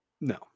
No